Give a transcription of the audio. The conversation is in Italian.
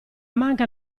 manca